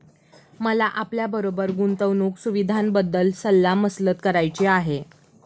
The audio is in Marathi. मला आपल्याबरोबर गुंतवणुक सुविधांबद्दल सल्ला मसलत करायची आहे